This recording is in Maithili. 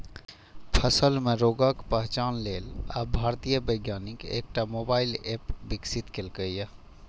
फसल मे रोगक पहिचान लेल आब भारतीय वैज्ञानिक एकटा मोबाइल एप विकसित केलकैए